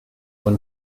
when